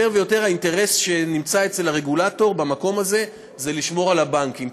יותר ויותר האינטרס שנמצא אצל הרגולטור במקום הזה הוא לשמור על הבנקים.